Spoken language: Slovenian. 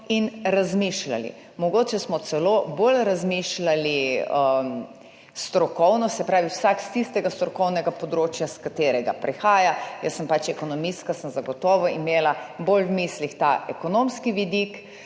in razmišljali. Mogoče smo celo bolj razmišljali strokovno, se pravi vsak s tistega strokovnega področja, s katerega prihaja. Jaz sem pač ekonomistka in sem zagotovo imela bolj v mislih ekonomski vidik